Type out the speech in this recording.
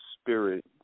spirit